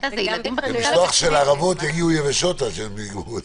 יימשך עוד